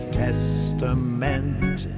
testament